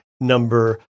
number